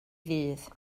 ddydd